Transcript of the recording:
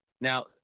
Now